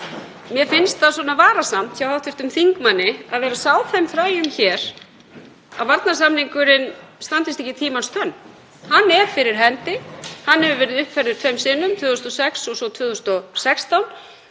Mér finnst varasamt hjá hv. þingmanni að vera að sá þeim fræjum hér að varnarsamningurinn standist ekki tímans tönn. Hann er fyrir hendi. Hann hefur verið uppfærður tvisvar sinnum, 2006 og svo 2016,